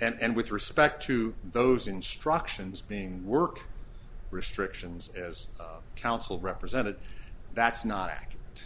and with respect to those instructions being work restrictions as counsel represented that's not ac